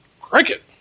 Cricket